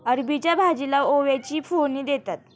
अरबीच्या भाजीला ओव्याची फोडणी देतात